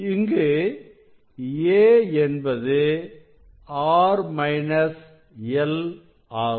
இங்கு a என்பது R minus L ஆகும்